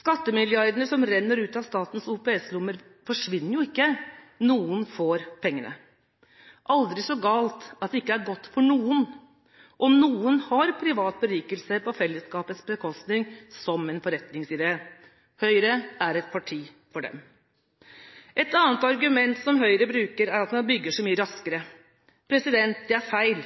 Skattemilliardene som renner ut av statens OPS-lommer, forsvinner jo ikke. Noen får pengene. Aldri så galt at det ikke er godt for noen! Og noen har privat berikelse på fellesskapets bekostning som en forretningsidé. Høyre er et parti for dem. Et annet argument som Høyre bruker, er at man bygger så mye raskere. Det er feil.